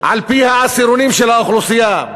על-פי העשירונים של האוכלוסייה,